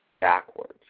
backwards